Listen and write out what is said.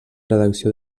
redacció